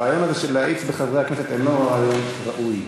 הרעיון הזה של להאיץ בחברי הכנסת אינו רעיון ראוי.